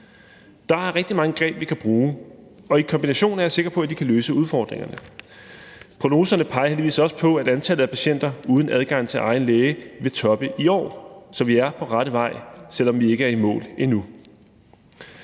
Der er rigtig mange greb, vi kan bruge, og i kombination er jeg sikker på, at de kan løse udfordringerne. Prognoserne peger heldigvis også på, at antallet af patienter uden adgang til egen læge vil toppe i år, så vi er på rette vej, selv om vi ikke er i mål endnu.